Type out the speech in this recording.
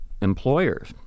employers